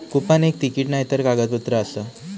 coupon एक ticket नायतर कागदपत्र आसा